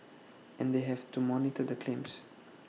and they have to monitor the claims